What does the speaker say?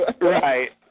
Right